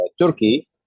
Turkey